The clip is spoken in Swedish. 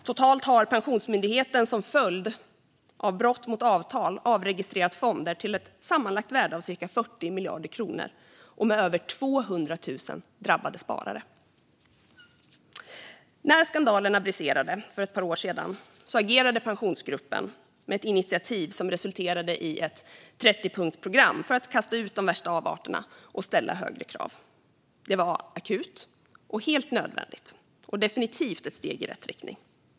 Totalt har Pensionsmyndigheten som följd av brott mot avtal avregistrerat fonder till ett sammanlagt värde av cirka 40 miljarder kronor med över 200 000 drabbade sparare. När skandalerna briserade för ett par år sedan agerade Pensionsgruppen med ett initiativ som resulterade i ett 30-punktsprogram för att kasta ut de värsta avarterna och ställa högre krav. Det var akut, helt nödvändigt och definitivt ett steg i rätt riktning.